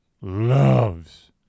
loves